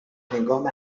هنگام